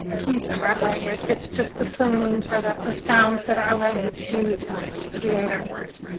piece of our language. it's just the phonemes or the the sounds that our language uses to create our words.